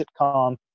sitcom